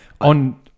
On